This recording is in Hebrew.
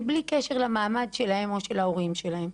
מבלי קשר למעמד שלהם או של ההורים שלהם,